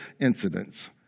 incidents